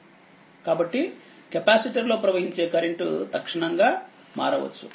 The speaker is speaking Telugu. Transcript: కాబట్టి కెపాసిటర్ లో ప్రవహించే కరెంట్ తక్షణంగా మారవచ్చు